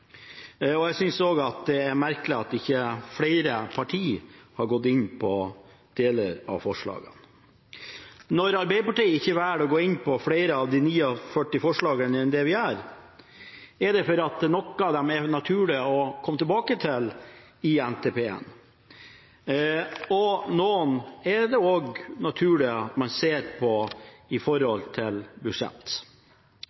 og jeg synes det er merkelig at ikke flere partier har gått inn på deler av forslagene. Når Arbeiderpartiet ikke velger å gå inn på flere av de 49 forslagene enn det vi gjør, er det fordi noen av dem er det naturlig å komme tilbake til i NTP-en, og noen er det også naturlig at man ser på i